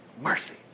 Mercy